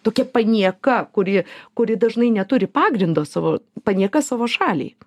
tokia panieka kuri kuri dažnai neturi pagrindo savo panieka savo šaliai